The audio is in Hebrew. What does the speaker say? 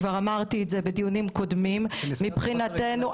כבר אמרתי את זה בדיונים קודמים, מבחינתנו,